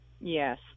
Yes